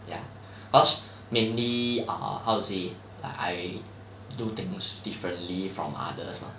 ya cause mainly err how to say like I do things differently from others mah